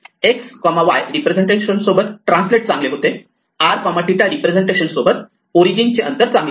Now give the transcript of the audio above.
x y representation सोबत translate चांगले होते r 𝜭 रिप्रेझेंटेशन सोबत O चे अंतर चांगले आहे